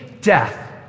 death